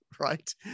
right